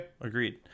agreed